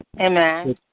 Amen